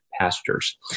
pastors